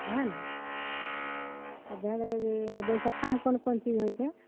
ओएह ने तब भए गेलै जे बैशखामे कोन कोन चीज होइ छै